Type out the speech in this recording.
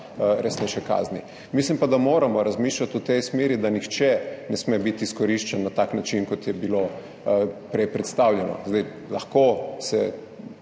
resnejše kazni. Mislim pa, da moramo razmišljati v tej smeri, da nihče ne sme biti izkoriščen na tak način, kot je bilo prej predstavljeno. Lahko